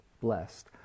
blessed